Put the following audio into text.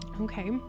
okay